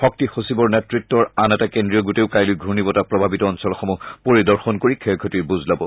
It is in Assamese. শক্তি সচিবৰ নেতৃতৰ আন এটা কেন্দ্ৰীয় গোটেও কাইলৈ ঘূৰ্ণীবতাহ প্ৰভাৱিত অঞ্চলসমূহ পৰিদৰ্শন কৰি ক্ষয় ক্ষতিৰ বুজ লব